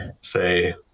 say